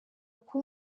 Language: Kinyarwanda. kuba